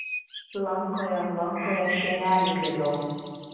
lankoje lankoje šienelį grėbiau